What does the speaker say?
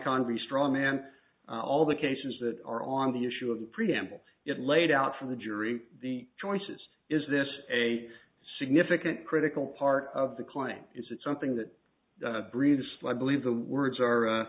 congress strongman all the cases that are on the issue of the preamble it laid out for the jury the choices is this a significant critical part of the client is it something that breathes like believe the words are